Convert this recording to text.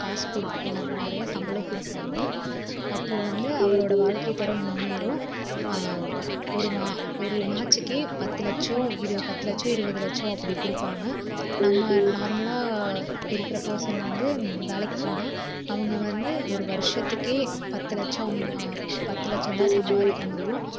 காசு கொடு நிறைய சம்பளம் கொடுப்பாங்க அப்போது வந்து அவரோட வாழ்க்கைத்தரம் முன்னேறும் ஒரு ஒரு மேட்சுக்கே பத்து லட்சம் இரு பத்து லட்சம் இருபது லட்சம் அப்படி கொடுப்பாங்க நம்ம நார்மலாக இருக்கிற பெர்சன் வந்து வேலைக்கு போனால் அவங்க வந்து ஒரு வருஷத்துக்கே பத்து லட்சம் பத்து லட்சம்தான் சம்பாதிக்க முடியும்